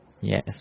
yes